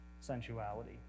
sensuality